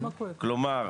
כלומר,